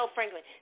Franklin